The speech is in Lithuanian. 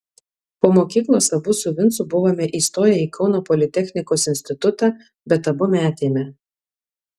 po mokyklos abu su vincu buvome įstoję į kauno politechnikos institutą bet abu metėme